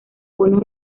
buenos